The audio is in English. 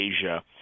Asia –